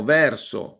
verso